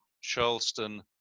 Charleston